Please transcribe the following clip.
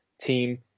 team